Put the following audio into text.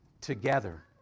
together